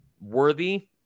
worthy